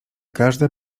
każde